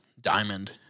Diamond